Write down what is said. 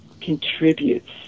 contributes